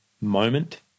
moment